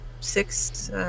six